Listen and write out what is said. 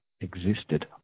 existed